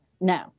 no